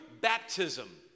baptism